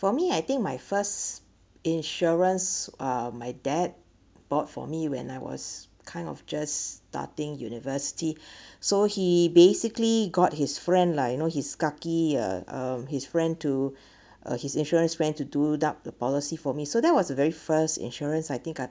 for me I think my first insurance uh my dad bought for me when I was kind of just starting university so he basically got his friend lah you know his kaki uh um his friend to his insurance friend to do up the policy for me so that was the very first insurance I think I've